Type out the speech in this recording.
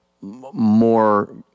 more